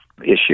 issue